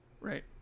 Right